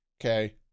okay